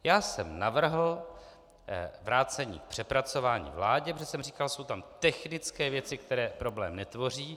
Já jsem navrhl vrácení k přepracování vládě, protože jsem říkal, jsou tam technické věci, které problém netvoří.